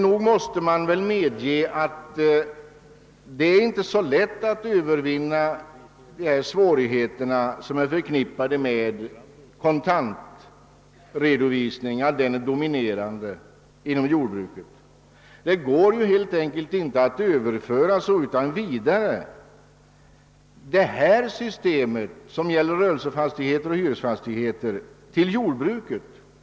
Det är emellertid inte så lätt att övervinna de svårigheter som är förknippade med <:kontantredovisning, det system som dominerar inom jordbruket. Det går helt enkelt inte att utan vidare överföra de bestämmelser som gäller rörelsefastigheter och hyresfastigheter till jordbrukets förhållanden.